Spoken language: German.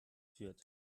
führt